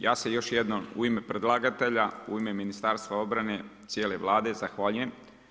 Ja se još jednom u ime predlagatelja u ime Ministarstva obrane, cijele Vlade zahvaljujem.